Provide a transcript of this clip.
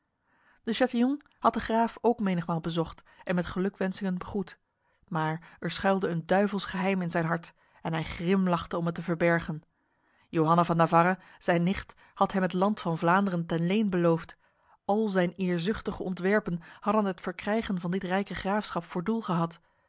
de chatillon had de graaf ook menigmaal bezocht en met gelukwensingen begroet maar er schuilde een duivels geheim in zijn hart en hij grimlachte om het te verbergen johanna van navarra zijn nicht had hem het land van vlaanderen ten leen beloofd al zijn eerzuchtige ontwerpen hadden het verkrijgen van dit rijke graafschap voor doel gehad